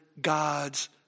God's